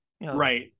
right